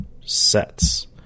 sets